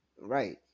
right